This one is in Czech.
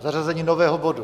Zařazení nového bodu.